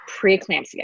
preeclampsia